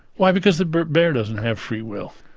why? because the bear doesn't have free will.